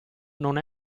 non